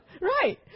right